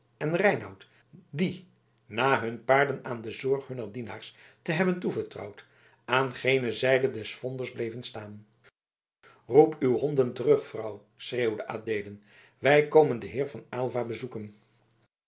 en reinout die na hun paarden aan de zorg hunner dienaars te hebben toevertrouwd aan gene zijde des vonders bleven staan roep uw hond terug vrouw schreeuwde adeelen wij komen den heer van aylva bezoeken